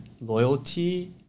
loyalty